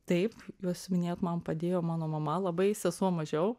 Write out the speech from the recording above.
taip juos siuvinėt man padėjo mano mama labai sesuo mažiau